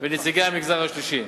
ונציגי המגזר השלישי.